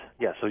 yes